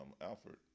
Alfred